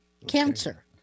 Cancer